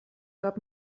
gab